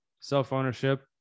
self-ownership